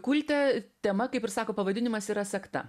kulte tema kaip ir sako pavadinimas yra sekta